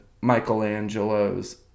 Michelangelo's